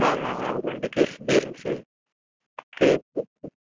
sir நாங்கள் ஒரு ரெண்டு கேஸ் பீருங்க சார் கேஏ பீர் சார்